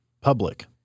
public